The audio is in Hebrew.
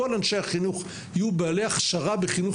כל אנשי החינוך יהיו בעלי הכשרה בחינוך